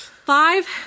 Five